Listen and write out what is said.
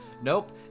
Nope